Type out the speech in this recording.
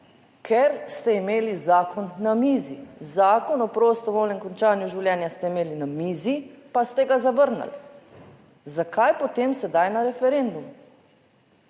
Ker ste imeli zakon na mizi, Zakon o prostovoljnem končanju življenja ste imeli na mizi, pa ste ga zavrnili. Zakaj potem sedaj na referendumu?